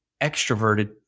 extroverted